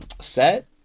Set